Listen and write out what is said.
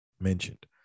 mentioned